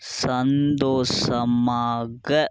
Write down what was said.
சந்தோஷமாக